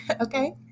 okay